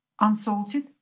unsalted